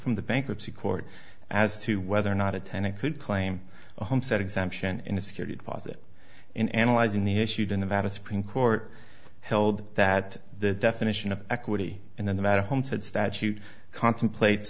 from the bankruptcy court as to whether or not attend it could claim a homestead exemption in a security deposit in analyzing the issue to nevada supreme court held that the definition of equity in the matter haunted statute contemplate